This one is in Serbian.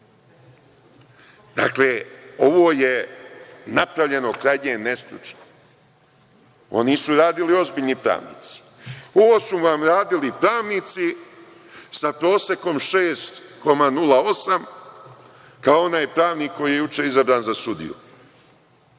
ovamo. Dakle, ovo je napravljeno krajnje nestručno. Ovo nisu radili ozbiljni pravnici. Ovo su vam radili pravnici sa prosekom 6,08, kao onaj pravnik koji je juče izabran za sudiju.